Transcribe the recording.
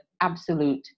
absolute